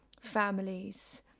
families